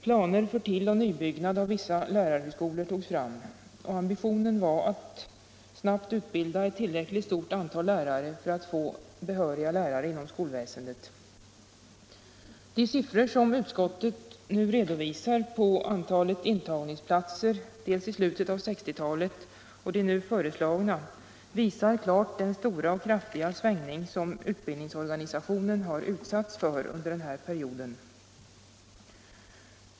Planer för tilloch nybyggnad av vissa lärarhögskolor togs fram. Ambitionen var att snabbt utbilda ett tillräckligt stort antal lärare för att få tjänsterna inom skolväsendet besatta med behöriga innehavare. De siffror på antalet intagningsplatser som utskottet nu redovisar, dels från slutet av 1960-talet och dels det nu föreslagna antalet, visar klart den stora och kraftiga svängning som utbildningsorganisationen utsatts för under den här perioden.